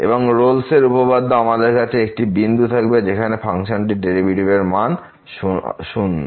এবং রোলস উপপাদ্য আমাদের বলছে একটি বিন্দু থাকবে যেখানে ফাংশনটির ডেরিভেটিভ এর মান শূন্য